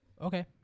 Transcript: Okay